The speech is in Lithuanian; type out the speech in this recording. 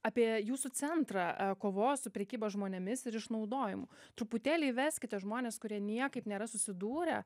apie jūsų centrą kovos su prekyba žmonėmis ir išnaudojimu truputėlį įveskite žmones kurie niekaip nėra susidūrę